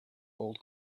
gold